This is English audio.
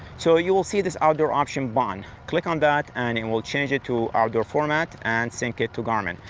so you will see this outdoor option button. click on that and it and will change it to outdoor format, and sync it to garmin.